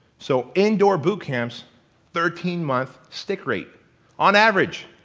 so indoor boot camps thirteen month stick rate on average.